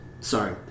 Sorry